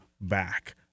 back